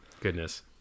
Goodness